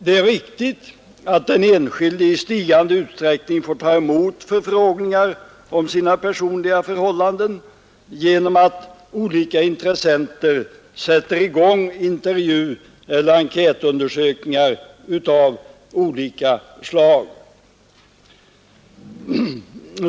Det är ett riktigt påstående att den enskilde i stigande utsträckning får ta emot förfrågningar om sina personliga förhållanden genom att olika intressenter sätter i gång intervjueller enkätundersökningar av olika slag.